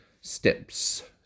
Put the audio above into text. steps